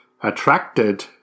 attracted